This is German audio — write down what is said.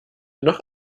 noch